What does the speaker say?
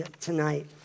tonight